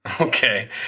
Okay